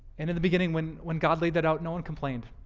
and in the beginning, when when god laid that out, no one complained